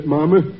Mama